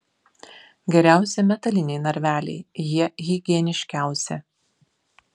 geriausi metaliniai narveliai jie higieniškiausi